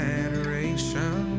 adoration